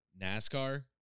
NASCAR